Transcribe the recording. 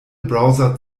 browser